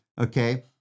okay